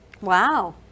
Wow